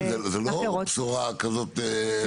זו לא בשורה כזאת.